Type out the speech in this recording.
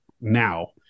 now